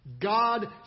God